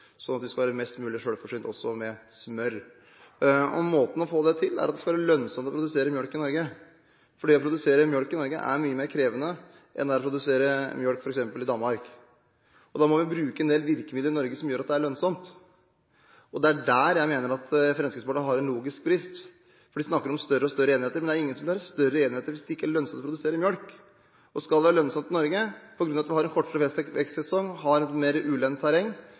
sånn at vi skal være mest mulig selvforsynte – også med smør. Måten å få det til på, er at det skal være lønnsomt å produsere melk i Norge. Det å produsere melk i Norge er mye mer krevende enn det er å produsere melk i f.eks. Danmark. Da må vi bruke en del virkemidler i Norge som gjør at det er lønnsomt. Det er der jeg mener at Fremskrittspartiet har en logisk brist, for de snakker om større og større enheter. Det er ingen som vil være i større enheter hvis det ikke er lønnsomt å produsere melk. Skal det være lønnsomt i Norge, hvor vi har en kortere vekstsesong og mer ulendt terreng,